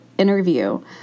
interview